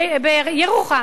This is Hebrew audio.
בירוחם,